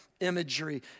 imagery